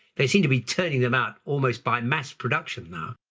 they seem to be turning them out almost by mass production now.